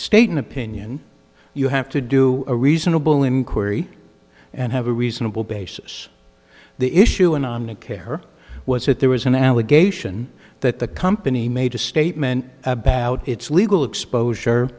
state an opinion you have to do a reasonable inquiry and have a reasonable basis the issue and on that care was that there was an allegation that the company made a statement about its legal exposure